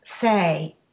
say